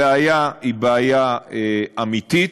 הבעיה היא בעיה אמיתית,